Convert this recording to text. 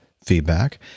Feedback